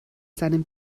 seinem